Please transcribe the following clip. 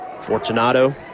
Fortunato